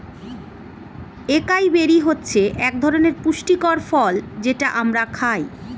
একাই বেরি হচ্ছে একধরনের পুষ্টিকর ফল যেটা আমরা খাই